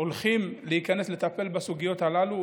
הולכים להיכנס ולטפל בסוגיות הללו.